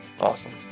Awesome